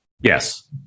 Yes